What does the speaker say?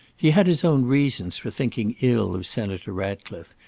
he had his own reasons for thinking ill of senator ratcliffe,